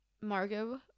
Margot